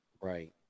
right